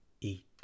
eat